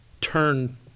turn